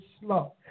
slow